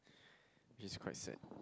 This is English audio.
which is quite sad